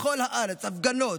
בכל הארץ הפגנות,